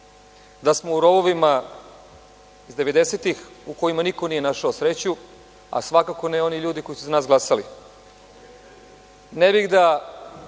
da smo u rovovima iz devedesetih, u kojima niko nije našao sreću, a svakako ne oni ljudi koji su za nas glasali. Ne